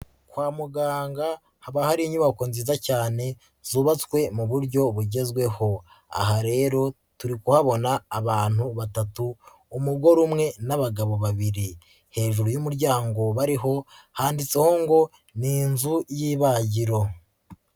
Kwa muganga haba hari inyubako nziza cyane zubatswe mu buryo bugezweho, aha rero turi kuhabona abantu batatu umugore umwe n'abagabo babiri, hejuru y'umuryango bariho handitseho ngo ni inzu y'ibagiro.